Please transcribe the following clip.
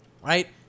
Right